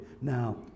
now